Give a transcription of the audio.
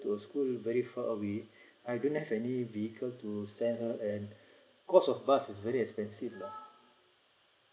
to school very far away I don't have any vehicle to send her and cost of bus is very expensive lah